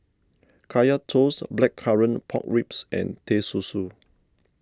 Kaya Toast Blackcurrant Pork Ribs and Teh Susu